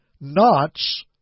Knots